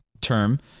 term